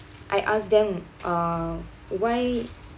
I ask them uh why